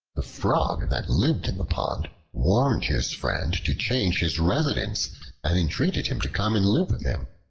the frog that lived in the pond warned his friend to change his residence and entreated him to come and live with him,